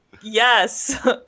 Yes